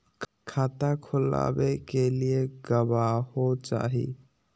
खाता खोलाबे के लिए गवाहों चाही?